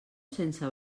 sense